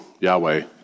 Yahweh